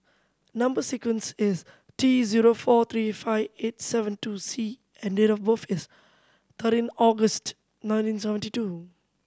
number sequence is T zero four three five eight seven two C and date of birth is thirteen August nineteen seventy two